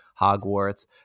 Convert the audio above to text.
hogwarts